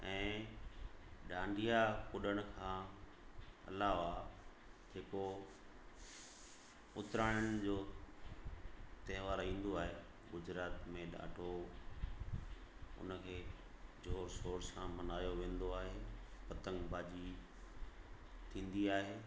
ऐं डांडिया कुॾण खां अलावा जेको उतरायण जो त्योहारु ईंदो आहे गुजरात में ॾाढो उन खे ज़ोर शोर सां मल्हायो वेंदो आहे पतंगबाजी थींदी आहे